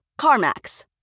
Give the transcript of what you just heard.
CarMax